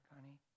honey